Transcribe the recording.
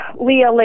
Leah